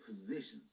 positions